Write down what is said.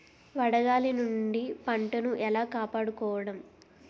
వడగాలి నుండి పంటను ఏలా కాపాడుకోవడం?